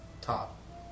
Top